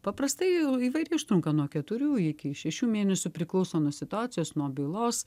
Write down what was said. paprastai įvairiai užtrunka nuo keturių iki šešių mėnesių priklauso nuo situacijos nuo bylos